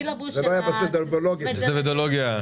אולי אתה לא מכיר את התוכנית הזאת כי זה לא היה בסילבוס של "שדדבלוגיה",